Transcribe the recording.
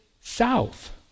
south